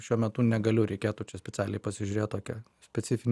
šiuo metu negaliu reikėtų čia specialiai pasižiūrėt tokią specifinį